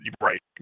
right